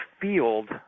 field